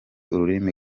ururimi